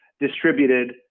distributed